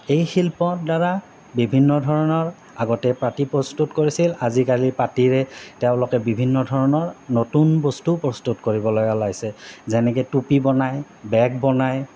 এই শিল্পৰ দ্বাৰা বিভিন্ন ধৰণৰ আগতে পাতি প্ৰস্তুত কৰিছিল আজিকালি পাতিৰে তেওঁলোকে বিভিন্ন ধৰণৰ নতুন বস্তু প্ৰস্তুত কৰিবলে ওলাইছে যেনেকে টুপি বনায় বেগ বনায়